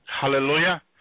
Hallelujah